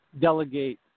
delegate